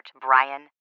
Brian